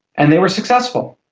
and they were successful.